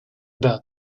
about